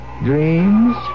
dreams